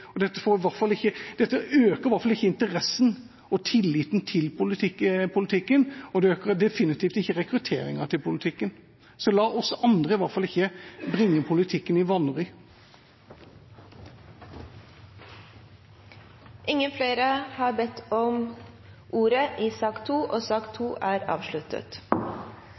Stortinget. Dette blir lagt merke til. Det øker i hvert fall ikke interessen for og tilliten til politikken, og det øker definitivt ikke rekrutteringen til politikken. Så la oss andre i hvert fall ikke bringe politikken i vanry. Flere har ikke bedt om ordet til sak